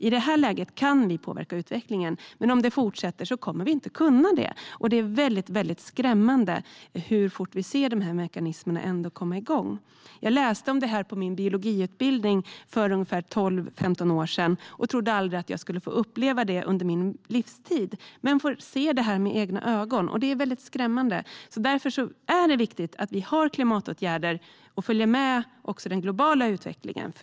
I det här läget kan vi påverka utvecklingen, men om detta fortsätter kommer vi inte att kunna göra det. Det är väldigt skrämmande hur fort vi ser de här mekanismerna komma igång. Jag läste om det här på min biologiutbildning för ungefär 12-15 år sedan och trodde aldrig att jag skulle få uppleva det under min livstid. Men jag får se det med egna ögon, och det är väldigt skrämmande. Därför är det viktigt att vi har klimatåtgärder och följer med den globala utvecklingen.